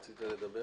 רצית לדבר?